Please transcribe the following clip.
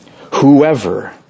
Whoever